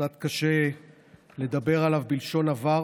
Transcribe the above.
קצת קשה לדבר עליו בלשון עבר,